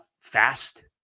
fast